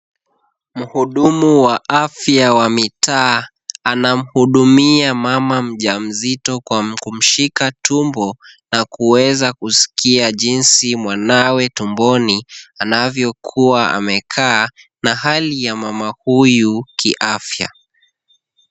Muhudumu wa afya wa mitaa anamuhudumia mama mjamzito, kwa kumshika tumbo na kuweza kusikia jinsi mwanawe tumboni, anavyokuwa amekaa na hali ya mama huyu kiafya.